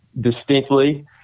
distinctly